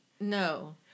No